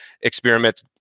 experiment